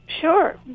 Sure